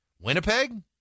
Winnipeg